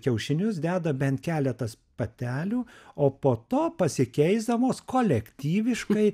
kiaušinius deda bent keletas patelių o po to pasikeisdamos kolektyviškai